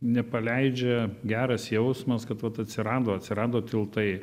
nepaleidžia geras jausmas kad vat atsirado atsirado tiltai